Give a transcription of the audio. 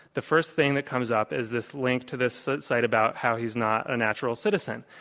the first thing that comes up is this link to this site about how he's not a natural citizen.